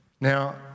now